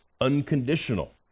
unconditional